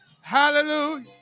hallelujah